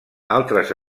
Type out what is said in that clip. altres